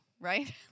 Right